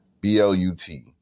B-L-U-T